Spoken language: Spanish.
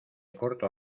corto